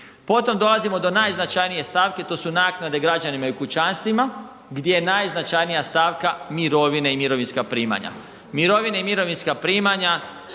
Potom dolazimo do najznačajnije stavke, to su naknade građanima i kućanstvima gdje je najznačajnija stavka mirovine i mirovinska primanja. Mirovine i mirovinska primanja